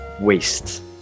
Waste